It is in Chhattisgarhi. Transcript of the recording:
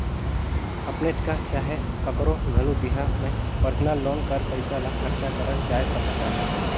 अपनेच कर चहे काकरो घलो बिहा में परसनल लोन कर पइसा ल खरचा करल जाए सकत अहे